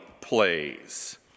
plays